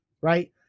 right